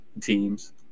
teams